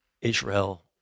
Israel